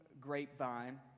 grapevine